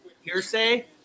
hearsay